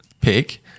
pick